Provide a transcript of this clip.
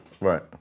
Right